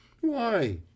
Why